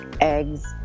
eggs